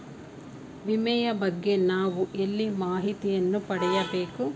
ವಿಮೆಯ ಬಗ್ಗೆ ನಾವು ಎಲ್ಲಿ ಮಾಹಿತಿಯನ್ನು ಪಡೆಯಬೇಕು?